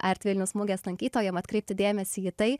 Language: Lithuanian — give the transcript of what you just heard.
art vilnius mugės lankytojams atkreipti dėmesį į tai